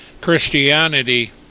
Christianity